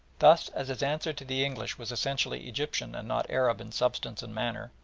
thus, as his answer to the english was essentially egyptian and not arab in substance and manner,